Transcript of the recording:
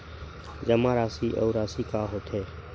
जमा राशि अउ राशि का होथे?